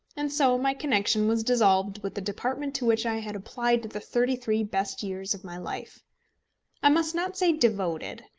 and so my connection was dissolved with the department to which i had applied the thirty-three best years of my life i must not say devoted,